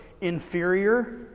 inferior